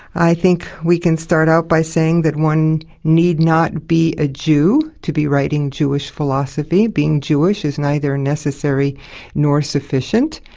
i think we can start out by saying that one need not be a jew to be writing jewish philosophy. being jewish is neither necessary nor sufficient.